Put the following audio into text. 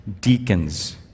deacons